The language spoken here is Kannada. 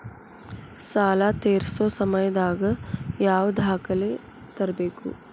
ಸಾಲಾ ತೇರ್ಸೋ ಸಮಯದಾಗ ಯಾವ ದಾಖಲೆ ತರ್ಬೇಕು?